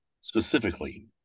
specifically